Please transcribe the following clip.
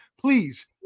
Please